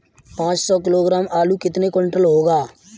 पाँच सौ किलोग्राम आलू कितने क्विंटल होगा?